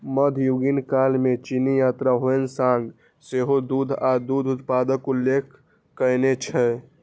मध्ययुगीन काल मे चीनी यात्री ह्वेन सांग सेहो दूध आ दूध उत्पादक उल्लेख कयने छै